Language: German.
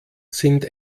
sind